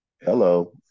Hello